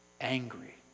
angry